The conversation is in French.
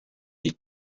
des